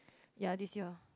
ya this year